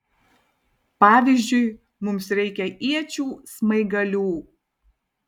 pavyzdžiui mums reikia iečių smaigalių